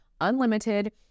unlimited